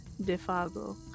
Defago